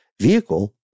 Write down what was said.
vehicle